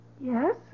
Yes